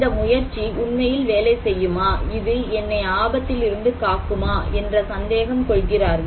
இந்த முயற்சி உண்மையில் வேலை செய்யுமா இது என்னை ஆபத்திலிருந்து காக்குமா என்ற சந்தேகம் கொள்கிறார்கள்